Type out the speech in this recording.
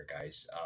guys